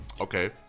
Okay